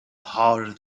harder